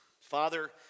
Father